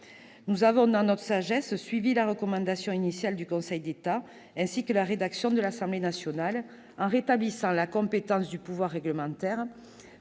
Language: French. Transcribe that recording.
Nous avons, dans notre sagesse, suivi la recommandation initiale du Conseil d'État ainsi que la rédaction de l'Assemblée nationale, en rétablissant la compétence du pouvoir réglementaire